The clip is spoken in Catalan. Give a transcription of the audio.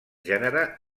gènere